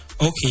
okay